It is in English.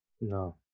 No